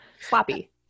sloppy